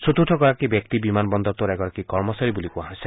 চতুৰ্থগৰাকী ব্যক্তি বিমান বন্দৰটোৰ এগৰাকী কৰ্মচাৰী বুলি কোৱা হৈছে